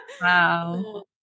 Wow